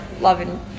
loving